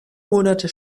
monate